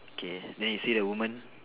okay then you see the woman